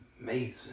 amazing